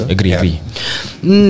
Agree